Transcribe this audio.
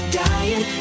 dying